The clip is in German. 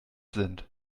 sind